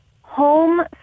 home